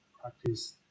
practice